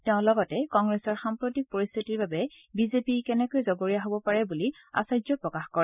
তেওঁ লগতে কংগ্ৰেছৰ সাম্প্ৰতিক পৰিস্থিতিৰ বাবে বিজেপি কেনেকৈ জগৰীয়া হব পাৰে বুলি আশ্চৰ্য্য প্ৰকাশ কৰে